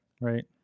right